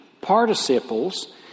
participles